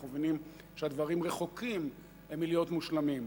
אנחנו מבינים שהדברים רחוקים מלהיות מושלמים,